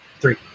Three